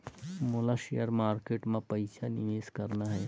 मोला share market मां पइसा निवेश करना हे?